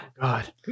God